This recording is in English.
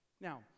Now